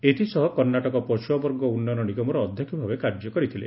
ଏଥିସହ କର୍ଣ୍ଣାଟକ ପଛୁଆବର୍ଗ ଉନ୍ନୟନ ନିଗମର ଅଧ୍ୟକ୍ଷ ଭାବେ କାର୍ଯ୍ୟ କରିଥିଲେ